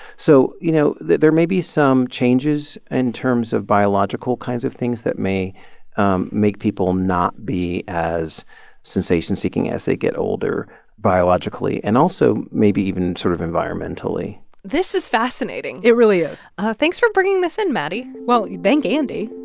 so, you know, there may be some changes in terms of biological kinds of things that may um make people not be as sensation-seeking as they get older biologically and also maybe even sort of environmentally this is fascinating it really is thanks for bringing this in, maddie well, thank andy,